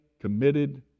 committed